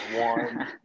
one